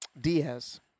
Diaz